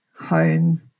home